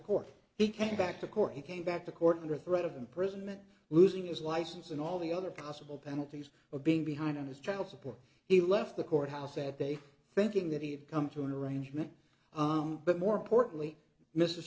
court he came back to court he came back to court under threat of imprisonment losing his license and all the other possible penalties for being behind on his child support he left the court house at day thinking that he had come to an arrangement but more importantly mr